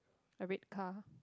a red car